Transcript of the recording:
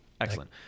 Excellent